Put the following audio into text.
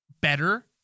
Better